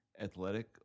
athletic